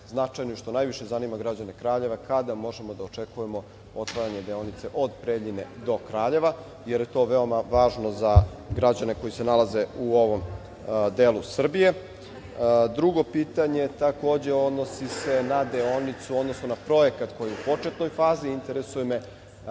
značajno i što najviše zanima građane Kraljeva, kada možemo da očekujemo otvaranje deonice od Preljine do Kraljeva, jer je to veoma važno za građane koji se nalaze u ovom delu Srbije? Drugo pitanje takođe odnosi se na deonicu, odnosno na projekat koji je u početnoj fazi. Interesuje me